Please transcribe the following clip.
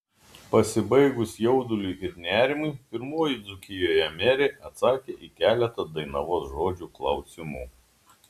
pasibaigus jauduliui ir nerimui pirmoji dzūkijoje merė atsakė į keletą dainavos žodžio klausimų